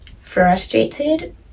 frustrated